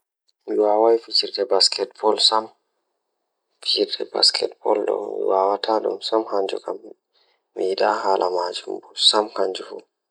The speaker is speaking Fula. Sabu mi waawde rewɓe ngal, mi njiddaade ko fiyaangu ngal. Ko jamaaɗi e fiyaangu ngal.